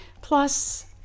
Plus